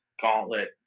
Gauntlet